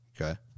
Okay